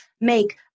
make